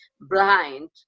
blind